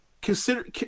Consider